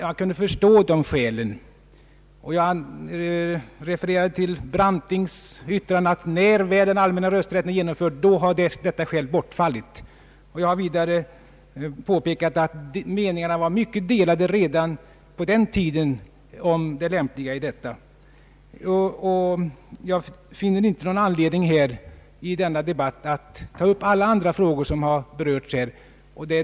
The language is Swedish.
Jag refererade till Hjalmar Brantings yttrande, att när väl den allmänna rösträtten var genomförd då har dessa skäl bortfallit. Jag har vidare påpekat att meningarna var mycket delade redan på den tiden om det lämpliga i detta system. Jag finner inte någon anledning att i denna debatt ta upp alla andra frågor som här har berörts.